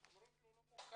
אומרים לו שהוא לא מוכר.